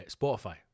Spotify